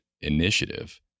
initiative